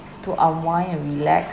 to unwind or relax